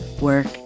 work